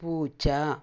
പൂച്ച